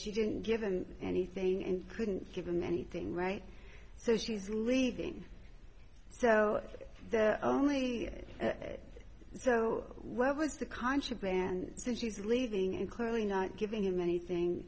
she didn't given anything and couldn't give them anything right so she's leaving so the only so where was the contraband since he's leading in clearly not giving him anything